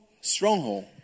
stronghold